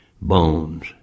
bones